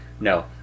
no